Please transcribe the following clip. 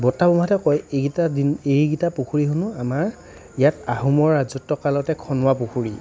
বৰ্তা বৰমাহঁতে কয় এইকেইটা দিন এইকেইটা পুখুৰী হেনো আমাৰ ইয়াত আহোমৰ ৰাজত্বকালতে খন্দুৱা পুখুৰী